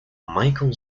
michael